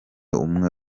umwe